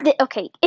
okay